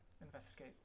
investigate